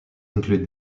include